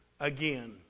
again